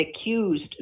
accused